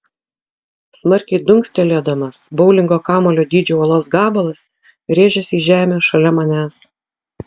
smarkiai dunkstelėdamas boulingo kamuolio dydžio uolos gabalas rėžėsi į žemę šalia manęs